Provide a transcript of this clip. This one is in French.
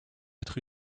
être